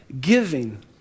giving